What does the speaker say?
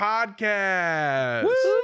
Podcast